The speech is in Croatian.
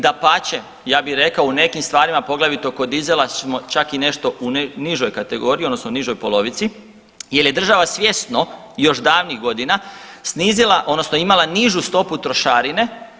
Dapače, ja bih rekao u nekim stvarima pogotovo kod dizela smo čak i nešto u nižoj kategoriji, odnosno nižoj polovici jer je država svjesno još davnih godina snizila, odnosno imala nižu stopu trošarine.